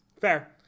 Fair